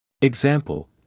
Example